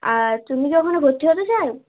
আর তুমি কি ওখানে ভর্তি হতে চাও